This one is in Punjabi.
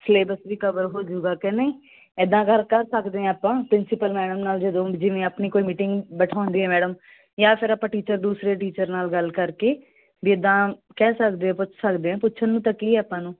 ਸਿਲੇਬਸ ਵੀ ਕਵਰ ਹੋ ਜਾਊਗਾ ਕਿ ਨਹੀਂ ਇੱਦਾਂ ਕਰ ਕਰ ਸਕਦੇ ਹਾਂ ਆਪਾਂ ਪ੍ਰਿੰਸੀਪਲ ਮੈਡਮ ਨਾਲ ਜਦੋਂ ਜਿਵੇਂ ਆਪਣੀ ਕੋਈ ਮੀਟਿੰਗ ਬਿਠਾਉਂਦੀ ਆ ਮੈਡਮ ਜਾਂ ਫਿਰ ਆਪਾਂ ਟੀਚਰਸ ਦੂਸਰੇ ਟੀਚਰ ਨਾਲ ਗੱਲ ਕਰਕੇ ਬਈ ਇੱਦਾਂ ਕਹਿ ਸਕਦੇ ਹੋ ਪੁੱਛ ਸਕਦੇ ਹੋ ਪੁੱਛਣ ਨੂੰ ਤਾਂ ਕੀ ਆਪਾਂ ਨੂੰ